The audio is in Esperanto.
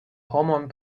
homon